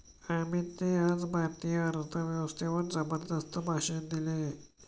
अमितने आज भारतीय अर्थव्यवस्थेवर जबरदस्त भाषण केले